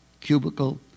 cubicle